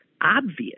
obvious